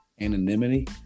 anonymity